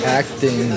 acting